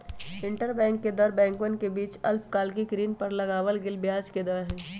interbank दर बैंकवन के बीच अल्पकालिक ऋण पर लगावल गेलय ब्याज के दर हई